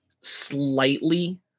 slightly